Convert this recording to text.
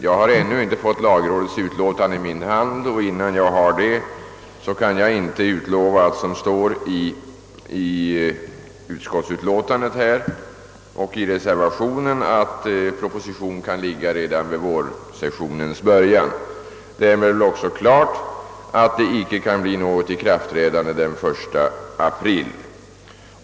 Jag har ännu inte fått lagrådets utlåtande i min hand, och innan jag har det kan jag inte utlova att — som det sägs i utskottsutlåtandet och i reservationen — proposition skall föreligga redan vid vårsessionens början. Därmed är det också klart att det icke kan bli något ikraftträdande den 1 april.